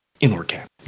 inorganic